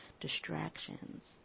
distractions